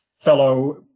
fellow